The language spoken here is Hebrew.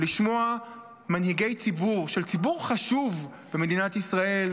ולשמוע מנהיגי ציבור של ציבור חשוב במדינת ישראל